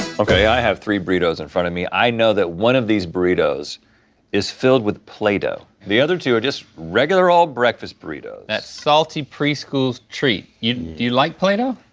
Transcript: okay, i have three burritos in front of me. i know that one of these burritos is filled with play-doh. the other two are just regular old breakfast burritos, that salty preschool's treat. do you like play-doh? oh